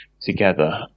together